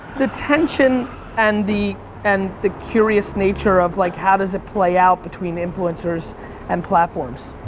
the tension and the and the curious nature of like how does it play out between influencers and platforms.